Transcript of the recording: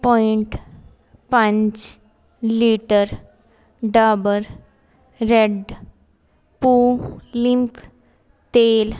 point ਪੰਜ litre Dabur red pulling ਤੇਲ